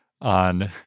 on